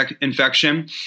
infection